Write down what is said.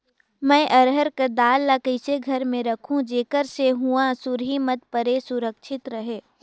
मैं अरहर कर दाल ला कइसे घर मे रखों जेकर से हुंआ सुरही मत परे सुरक्षित रहे?